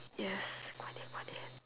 yes